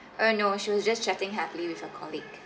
uh no she was just chatting happily with a colleague